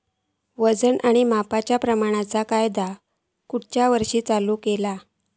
वजन आणि मापांच्या प्रमाणाचो कायदो खयच्या वर्षी चालू केलो?